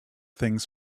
things